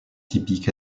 typique